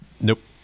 Nope